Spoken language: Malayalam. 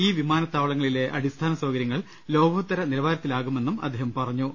ഈ വിമാനത്താവളങ്ങളിലെ അടിസ്ഥാന സൌകര്യങ്ങൾ ലോകോ ത്തര നിലവാരത്തിലാകുമെന്നും അദ്ദേഹം പറഞ്ഞു